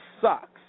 sucks